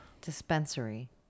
dispensary